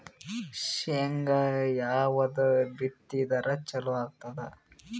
ಶೇಂಗಾ ಯಾವದ್ ಬಿತ್ತಿದರ ಚಲೋ ಆಗತದ?